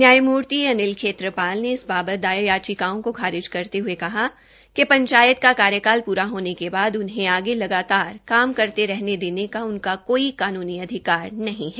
न्यायमूर्ति अनिल खेत्रपाल ने इस बाबत दायर याचिकाओं को खारिज करते हये कहा कि पंचायत का कार्यकाल पूरा होने के बाद उन्हें आगे लगातार काम करते रहने देने का उनका कोई कानूनी अधिकार नहीं है